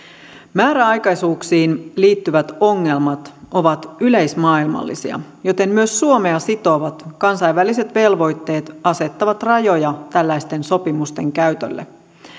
määräaikaisuuksiin liittyvät ongelmat ovat yleismaailmallisia joten myös suomea sitovat kansainväliset velvoitteet asettavat rajoja tällaisten sopimusten käytölle